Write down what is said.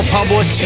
Public